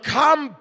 come